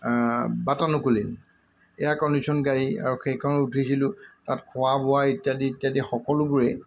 বাতানুকুলিন air condition গাড়ী আৰু সেইখনত উঠিছিলোঁ তাত খোৱা বোৱা ইত্যাদি ইত্যাদি সকলোবোৰেই